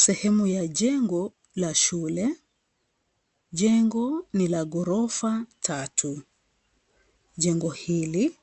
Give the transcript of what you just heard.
Sehemu ya jengo la shule, jengo ni la gorofa tatu, jengo hili